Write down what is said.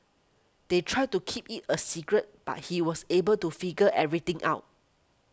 they tried to keep it a secret but he was able to figure everything out